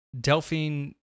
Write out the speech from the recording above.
Delphine